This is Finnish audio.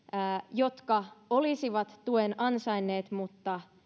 jotka olisivat tuen ansainneet mutta